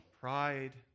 pride